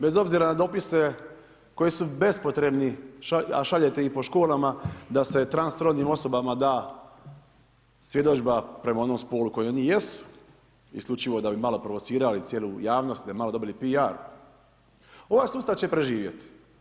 Bez obzira na upise koji su bespotrebni, a šaljete ih po školama, da se transrodnim osobama da svjedodžba prema onom spolu koji oni jesu, isključivo da bi malo provocirali cijelu javnost, da malo dobe P.R. ovaj sustav će preživjeti.